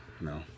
no